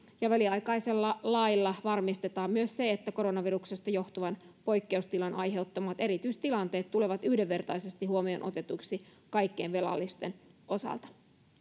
väliaikaisella lailla varmistetaan myös se että koronaviruksesta johtuvan poikkeustilan aiheuttamat erityistilanteet tulevat yhdenvertaisesti huomioon otetuiksi kaikkien velallisten osalta